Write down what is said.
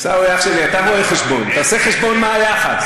אח שלי, אתה רואה-חשבון, תעשה חשבון מה היחס.